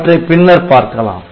அவற்றை பின்னர் பார்க்கலாம்